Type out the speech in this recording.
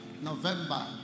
November